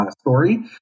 story